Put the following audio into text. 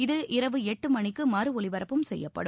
இது இரவு எட்டு மணிக்கு மறுஒலிபரப்பும் செய்யப்படும்